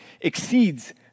exceeds